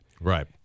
Right